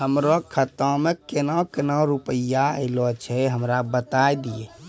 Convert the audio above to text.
हमरो खाता मे केना केना रुपैया ऐलो छै? हमरा बताय लियै?